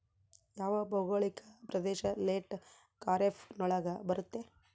ಯಾವ ಭೌಗೋಳಿಕ ಪ್ರದೇಶ ಲೇಟ್ ಖಾರೇಫ್ ನೊಳಗ ಬರುತ್ತೆ?